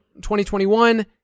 2021